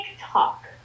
TikTok